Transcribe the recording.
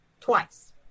Twice